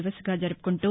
దివస్ గా జరుపుకుంటూ